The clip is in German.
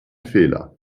fehler